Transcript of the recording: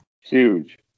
Huge